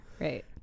Right